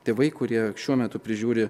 tėvai kurie šiuo metu prižiūri